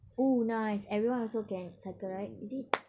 oh nice everyone also can cycle right is it